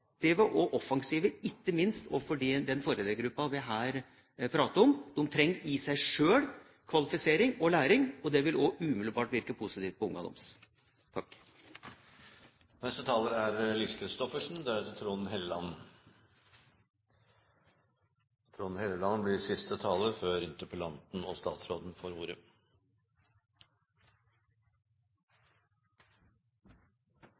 og offensive, ikke minst overfor den foreldregruppen vi her prater om. De trenger selv kvalifisering og læring, og det vil umiddelbart også virke positivt på